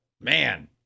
man